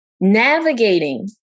navigating